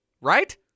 Right